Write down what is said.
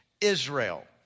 Israel